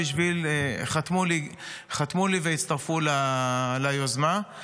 חתמו לי והצטרפו ליוזמה.